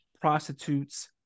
prostitutes